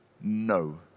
no